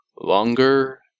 Longer